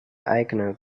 eigene